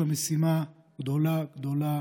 יש לה משימה גדולה גדולה